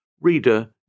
Reader